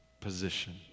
position